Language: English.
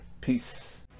Peace